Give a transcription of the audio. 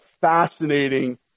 fascinating